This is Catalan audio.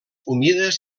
humides